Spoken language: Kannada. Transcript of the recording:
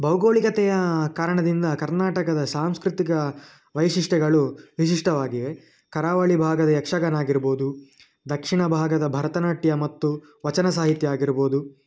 ಭೌಗೋಳಿಕತೆಯ ಕಾರಣದಿಂದ ಕರ್ನಾಟಕದ ಸಾಂಸ್ಕೃತಿಕ ವೈಶಿಷ್ಟ್ಯಗಳು ವಿಶಿಷ್ಟವಾಗಿವೆ ಕರಾವಳಿ ಭಾಗದ ಯಕ್ಷಗಾನ ಆಗಿರ್ಬೋದು ದಕ್ಷಿಣ ಭಾಗದ ಭರತನಾಟ್ಯ ಮತ್ತು ವಚನ ಸಾಹಿತ್ಯ ಆಗಿರ್ಬೋದು